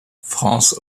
frances